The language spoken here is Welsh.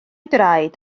draed